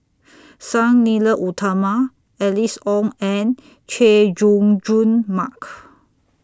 Sang Nila Utama Alice Ong and Chay Jung Jun Mark